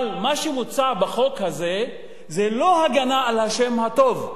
אבל מה שמוצע בחוק הזה זה לא הגנה על השם הטוב,